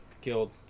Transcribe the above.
killed